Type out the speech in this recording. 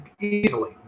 easily